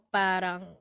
parang